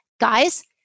guys